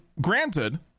granted